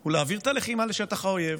הוא להעביר את הלחימה לשטח האויב